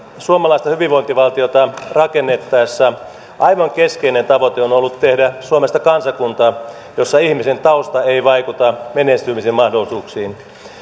suomalaista hyvinvointivaltiota rakennettaessa aivan keskeinen tavoite on ollut tehdä suomesta kansakunta jossa ihmisen tausta ei vaikuta menestymisen mahdollisuuksiin